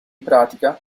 pratica